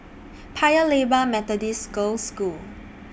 Paya Lebar Methodist Girls' School